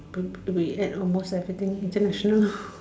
wait that's almost everything international